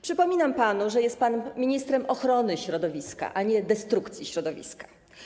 Przypominam panu, że jest pan ministrem ochrony środowiska, a nie destrukcji środowiska.